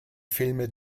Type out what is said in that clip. filme